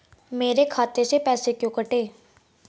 मेरे खाते से पैसे क्यों कटे?